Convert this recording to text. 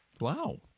Wow